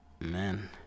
Man